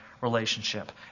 relationship